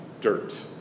dirt